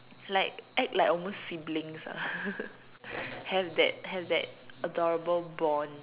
like act like almost siblings have that have that adorable bond